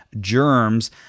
germs